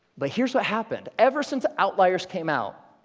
but here's what happened ever since outliers came out,